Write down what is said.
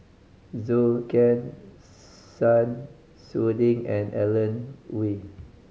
Zhou Can Sun Xueling and Alan Oei